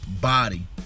body